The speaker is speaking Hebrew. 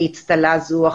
באצטלה זו או אחרת.